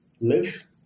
live